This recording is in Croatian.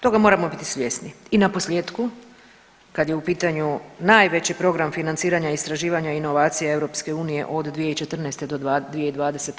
Toga moramo biti svjesni i naposljetku, kad je u pitanju najveći program financiranja, istraživanja i inovacija EU od 2014. do 2020.